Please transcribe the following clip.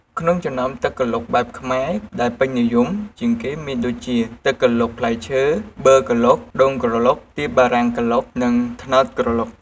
ក្នុងចំណោមទឹកក្រឡុកបែបខ្មែរដែលពេញនិយមជាងគេមានដូចជា ទឹកក្រឡុកផ្លែឈើ ប័រក្រឡុក ដូងក្រឡុក ទៀបបារាំងក្រឡុក និងត្នោតក្រឡុក។